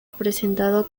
presentado